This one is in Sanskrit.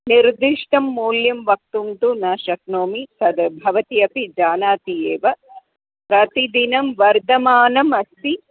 निर्दिष्टं मूल्यं वक्तुं तु न शक्नोमि तद् भवती अपि जानाति एव प्रतिदिनं वर्धमानम् अस्ति